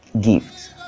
gifts